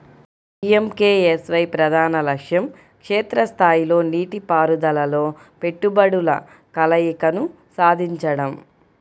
PMKSY ప్రధాన లక్ష్యం క్షేత్ర స్థాయిలో నీటిపారుదలలో పెట్టుబడుల కలయికను సాధించడం